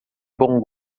bom